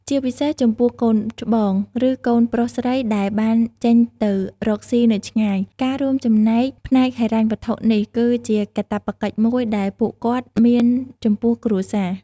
ជាពិសេសចំពោះកូនច្បង ឬកូនប្រុសស្រីដែលបានចេញទៅរកស៊ីនៅឆ្ងាយ ការរួមចំណែកផ្នែកហិរញ្ញវត្ថុនេះគឺជាកាតព្វកិច្ចមួយដែលពួកគាត់មានចំពោះគ្រួសារ។